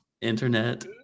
internet